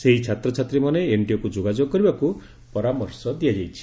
ସେହି ଛାତ୍ରଛାତ୍ରୀମାନେ ଏନ୍ଟିଏକୁ ଯୋଗାଯୋଗ କରିବାକୁ ପରାମର୍ଶ ଦିଆଯାଇଛି